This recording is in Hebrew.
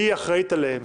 היא אחראית עליהם.